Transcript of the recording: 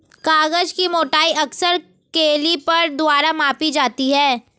कागज की मोटाई अक्सर कैलीपर द्वारा मापी जाती है